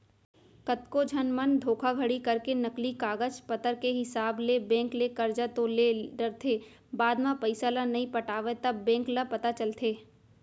कतको झन मन धोखाघड़ी करके नकली कागज पतर के हिसाब ले बेंक ले करजा तो ले डरथे बाद म पइसा ल नइ पटावय तब बेंक ल पता चलथे